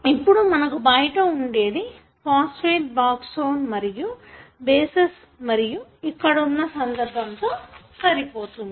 ఇప్పుడు మనకు బయట ఉండేది ఫాస్ఫేట్ బ్యాక్బోన్ మరియు మనకు బేస్సెస్ మరియు ఇక్కడ వున్న సందర్భంతో సరిపోతుంది